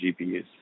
gpus